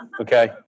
Okay